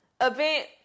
event